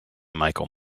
michael